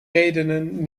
redenen